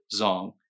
Zong